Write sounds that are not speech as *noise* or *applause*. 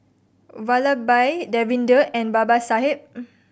Vallabhbhai Davinder and Babasaheb *noise*